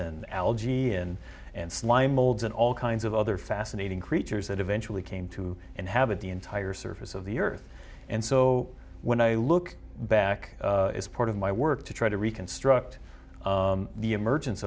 the algae and and slime molds and all kinds of other fascinating creatures that eventually came to inhabit the entire surface of the earth and so when i look back as part of my work to try to reconstruct the emergenc